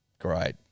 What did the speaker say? Great